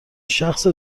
شخص